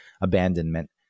abandonment